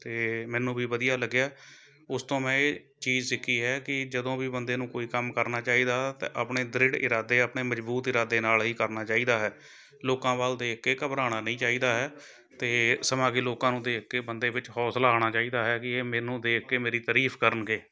ਅਤੇ ਮੈਨੂੰ ਵੀ ਵਧੀਆ ਲੱਗਿਆ ਉਸ ਤੋਂ ਮੈਂ ਇਹ ਚੀਜ਼ ਸਿੱਖੀ ਹੈ ਕਿ ਜਦੋਂ ਵੀ ਬੰਦੇ ਨੂੰ ਕੋਈ ਕੰਮ ਕਰਨਾ ਚਾਹੀਦਾ ਹੈ ਤਾਂ ਆਪਣੇ ਦ੍ਰਿੜ ਇਰਾਦੇ ਆਪਣੇ ਮਜ਼ਬੂਤ ਇਰਾਦੇ ਨਾਲ ਹੀ ਕਰਨਾ ਚਾਹੀਦਾ ਹੈ ਲੋਕਾਂ ਵੱਲ ਦੇਖਕੇ ਘਬਰਾਉਣਾ ਨਹੀਂ ਚਾਹੀਦਾ ਹੈ ਤੇ ਸਮਾ ਕਿ ਲੋਕਾਂ ਨੂੰ ਦੇਖ ਕੇ ਬੰਦੇ ਵਿੱਚ ਹੌਸਲਾ ਆਉਣਾ ਚਾਹੀਦਾ ਹੈ ਕਿ ਇਹ ਮੈਨੂੰ ਦੇਖ ਕੇ ਮੇਰੀ ਤਰੀਫ਼ ਕਰਨਗੇ